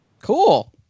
Cool